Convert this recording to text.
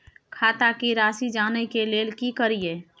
खाता के राशि जानय के लेल की करिए?